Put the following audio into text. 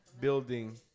building